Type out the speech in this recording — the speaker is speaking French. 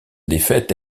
défaite